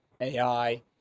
ai